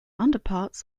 underparts